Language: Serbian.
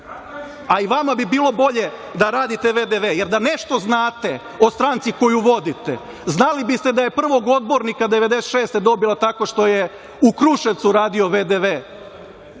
I vama bi bilo bolje da radite „vdv“, jer da nešto znate o stranci koju vodite, znali biste da je prvog odbornika 1996. godine dobila tako što je u Kruševcu radio